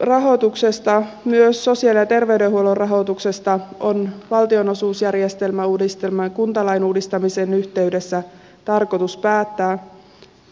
rahoituksesta myös sosiaali ja terveydenhuollon rahoituksesta on valtionosuusjärjestelmän uudistamisen ja kuntalain uudistamisen yhteydessä tarkoitus päättää